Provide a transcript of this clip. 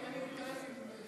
אני, אלי כהן.